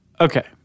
Okay